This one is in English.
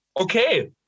okay